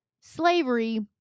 slavery